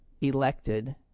elected